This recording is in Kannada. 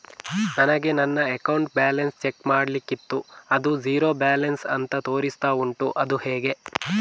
ನನಗೆ ನನ್ನ ಅಕೌಂಟ್ ಬ್ಯಾಲೆನ್ಸ್ ಚೆಕ್ ಮಾಡ್ಲಿಕ್ಕಿತ್ತು ಅದು ಝೀರೋ ಬ್ಯಾಲೆನ್ಸ್ ಅಂತ ತೋರಿಸ್ತಾ ಉಂಟು ಅದು ಹೇಗೆ?